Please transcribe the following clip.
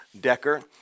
Decker